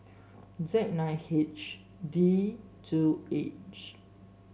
Z nine D two H